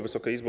Wysoka Izbo!